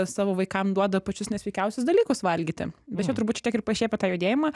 savo vaikam duoda pačius nesveikiausius dalykus valgyti bet čia turbūt šiek tiek ir pašiepia tą judėjimą